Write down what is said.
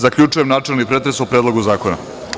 Zaključujem načelni pretres o Predlogu zakona.